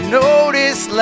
notice